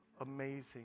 amazing